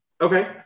Okay